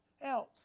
else